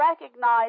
recognize